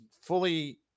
fully